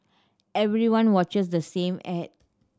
everyone watches the same ad